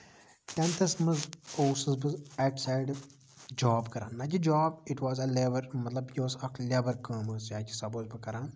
ٹینتھس منٛز اوسُس بہٕ اَکہِ سایڈٕ جوب کران نہ کہِ job it was a lever مطلب یہِ اوس اکھ لیبَر کٲم حظ ٲس یہِ اکہِ حِسابہٕ اوسُس بہٕ کران